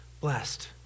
blessed